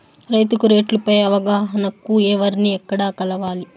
రైతుకు రేట్లు పై అవగాహనకు ఎవర్ని ఎక్కడ కలవాలి?